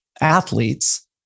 athletes